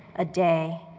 a day,